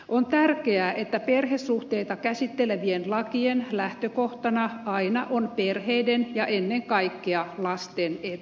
on tärkeää että perhesuhteita käsittelevien lakien lähtökohtana aina on perheiden ja ennen kaikkea lasten etu